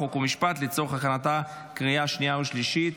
חוק ומשפט לצורך הכנתה לקריאה השנייה והשלישית.